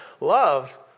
love